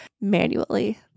manually